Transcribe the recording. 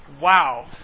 wow